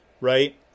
right